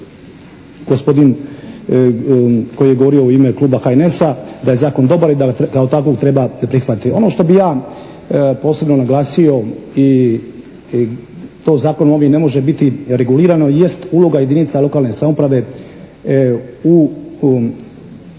gospodin koji je govorio u ime kluba HNS-a da je zakon dobar i da ga kao takvog treba prihvatiti. Ono što bih ja posebno naglasio i to Zakonom ovim ne može biti regulirano jest uloga jedinica lokalne samouprave u